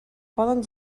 poden